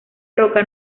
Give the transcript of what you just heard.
roca